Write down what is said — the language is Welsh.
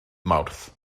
mawrth